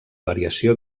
variació